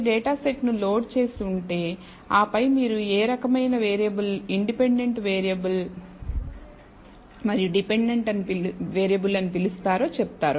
మీరు డేటా సెట్ను లోడ్ చేసి ఉంటే ఆపై మీరు ఏ రకమైన వేరియబుల్ ఇండిపెండెంట్ వేరియబుల్ మరియు డిపెండెంట్ వేరియబుల్ అని పిలుస్తారో చెప్తారు